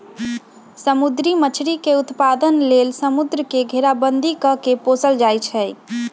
समुद्री मछरी के उत्पादन लेल समुंद्र के घेराबंदी कऽ के पोशल जाइ छइ